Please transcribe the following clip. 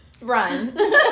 Run